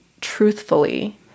truthfully